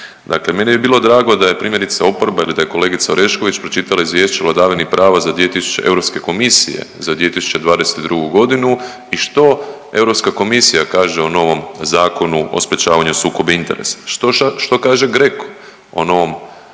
Dakle, meni bi bilo drago da je primjerice oporba ili da je kolegica Orešković pročitala izvješće o vladavini prava za Europske komisije za 2022.g. i što Europska komisija kaže o novom Zakonu o sprječavanju sukoba interesa, što kaže GRECO o novom Zakonu